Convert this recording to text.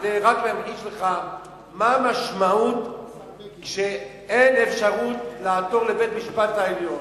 רק כדי להמחיש לך מה המשמעות כשאין אפשרות לעתור לבית-המשפט העליון.